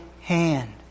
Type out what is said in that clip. hand